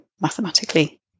mathematically